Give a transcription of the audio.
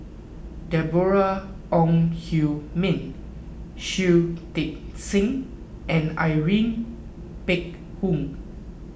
Deborah Ong Hui Min Shui Tit Sing and Irene Phek Hoong